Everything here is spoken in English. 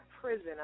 prison